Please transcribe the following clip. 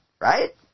right